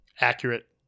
accurate